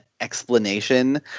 explanation